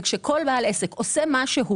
וכשכל בעל עסק עושה משהו